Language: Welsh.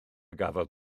gafodd